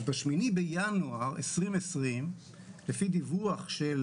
ב-8 בינואר 2020 לפי דיווח של